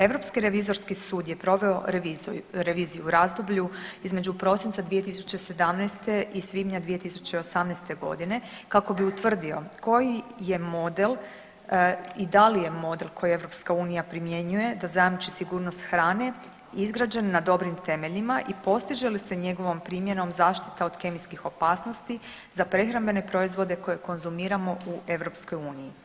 Europski revizorski sud je proveo reviziju u razdoblju između prosinca 2017. i svibnja 2018. godine kako bi utvrdio koji je model i da li je model koji EU primjenjuje da zajamči sigurnost hrane izgrađen na dobrim temeljima i postiže li se njegovom primjenom zaštita od kemijskih opasnosti za prehrambene proizvode koje konzumiramo u EU.